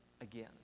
again